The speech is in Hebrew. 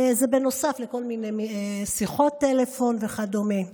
זה בנוסף לכל מיני שיחות טלפון וכדומה.